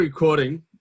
recording